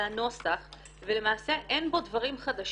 הייתה הטענה ששמענו פעם אחר פעם ואנחנו מבינים שתוך